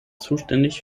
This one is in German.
zuständig